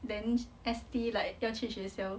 then S_T like 不要去学校